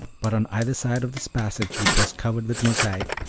but on either side of this passage, which was covered with mosaic,